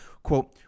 Quote